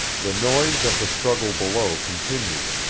the noise of the struggle below continued.